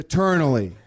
Eternally